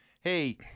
Hey